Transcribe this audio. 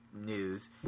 news